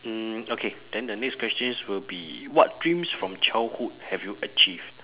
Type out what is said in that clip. mm okay then the next questions will be what dreams from childhood have you achieved